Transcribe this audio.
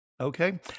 Okay